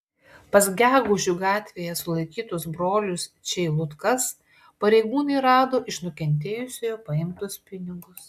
pas gegužių gatvėje sulaikytus brolius čeilutkas pareigūnai rado iš nukentėjusiojo paimtus pinigus